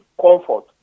comfort